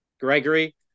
Gregory